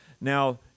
Now